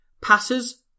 Passes